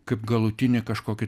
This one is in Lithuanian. kaip galutinį kažkokį